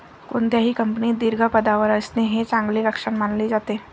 कोणत्याही कंपनीत दीर्घ पदावर असणे हे चांगले लक्षण मानले जाते